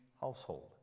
household